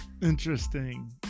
interesting